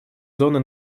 зоны